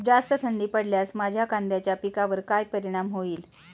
जास्त थंडी पडल्यास माझ्या कांद्याच्या पिकावर काय परिणाम होईल?